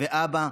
ואבא,